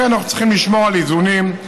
אנחנו צריכים לשמור על איזונים,